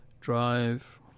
drive